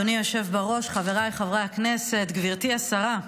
אדוני היושב בראש, חבריי חברי הכנסת, גברתי השרה,